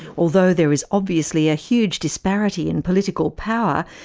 although there is obviously a huge disparity in political power,